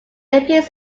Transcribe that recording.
appears